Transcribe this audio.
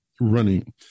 Running